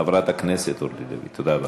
תודה רבה.